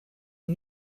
une